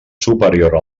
superior